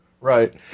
right